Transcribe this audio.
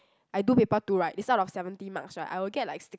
I do paper two right is out of seventy marks right I will get like six